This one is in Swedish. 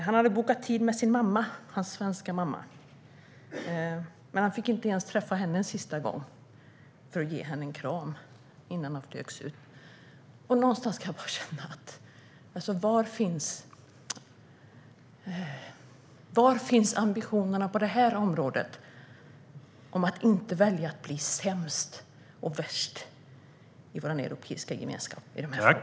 Han hade bokat tid med sin svenska mamma, men han fick inte ens träffa henne en sista gång för att ge henne en kram innan han flögs ut. Någonstans kan man känna: Var finns ambitionerna på detta område när det gäller att inte välja att bli sämst och värst i vår europeiska gemenskap i dessa frågor?